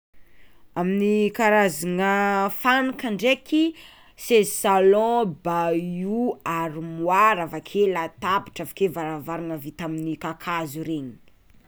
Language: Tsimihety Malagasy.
Amin'ny karazagna fanaka ndraika: seza salon, bahut, aromoara, avakeo latabatra avakeo varavarana vita amy kakazo regny.